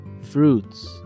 fruits